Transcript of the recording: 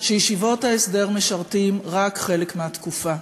שבישיבות ההסדר משרתים רק חלק מהתקופה.